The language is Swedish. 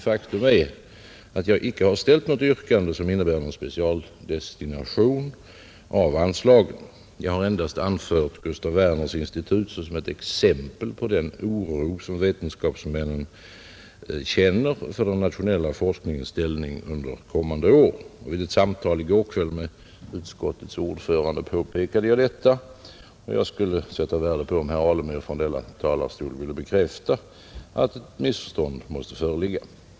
Faktum är att jag icke har ställt något yrkande som innebär en speciell destination av anslagen. Jag har endast anfört Gustaf Werners institut såsom ett exempel på den oro, som vetenskapsmännen känner för den nationella forskningens ställning under kommande år. Vid ett samtal i går kväll med utskottets ordförande påpekade jag detta. Jag skulle sätta värde på om herr Alemyr från denna talarstol vill bekräfta att ett missförstånd måste föreligga.